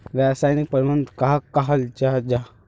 रासायनिक प्रबंधन कहाक कहाल जाहा जाहा?